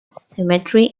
cemetery